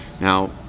now